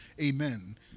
Amen